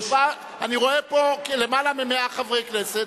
אני רואה פה למעלה מ-100 חברי כנסת,